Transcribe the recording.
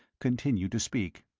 continued to speak